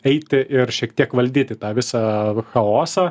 eiti ir šiek tiek valdyti tą visą chaosą